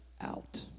out